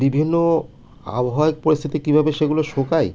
বিভিন্ন আবহায়িক পরিস্থিতি কীভাবে সেগুলো শোকাই